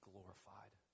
glorified